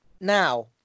Now